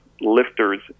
Lifters